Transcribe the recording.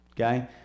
okay